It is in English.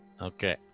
Okay